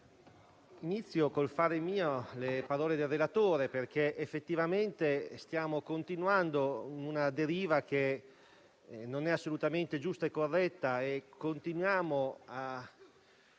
inizio col fare mie le parole del relatore, perché effettivamente stiamo continuando una deriva che non è assolutamente giusta e corretta, modificando